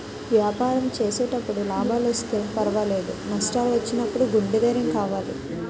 వ్యాపారం చేసేటప్పుడు లాభాలొస్తే పర్వాలేదు, నష్టాలు వచ్చినప్పుడు గుండె ధైర్యం కావాలి